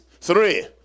Three